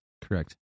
correct